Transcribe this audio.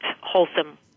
wholesome